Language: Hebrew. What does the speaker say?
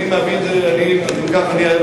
אם כך,